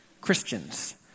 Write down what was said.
Christians